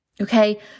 Okay